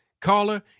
caller